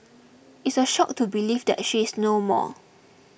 it's a shock to believe that she is no more